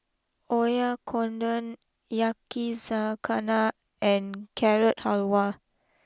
Oyakodon Yakizakana and Carrot Halwa